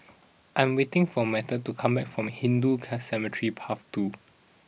I'm waiting for Matteo to come back from Hindu car Cemetery Path two